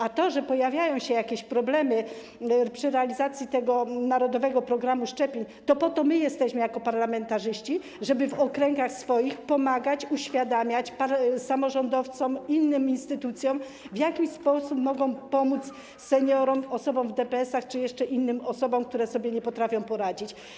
A to, że pojawiają się jakieś problemy przy realizacji narodowego programu szczepień, oznacza, że my jako parlamentarzyści w swoich okręgach powinniśmy pomagać, uświadamiać samorządowcom, innym instytucjom, w jaki sposób mogą pomóc seniorom, osobom w DPS-ach czy jeszcze innym osobom, które sobie nie potrafią poradzić.